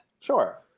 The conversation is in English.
Sure